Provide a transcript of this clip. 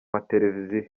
mateleviziyo